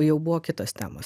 jau buvo kitos temos